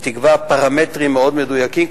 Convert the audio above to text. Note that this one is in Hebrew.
ותקבע פרמטרים מאוד מדויקים,